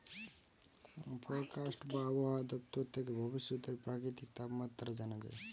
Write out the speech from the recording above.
forecast বা আবহায়া দপ্তর থেকে ভবিষ্যতের প্রাকৃতিক তাপমাত্রা জানা যায়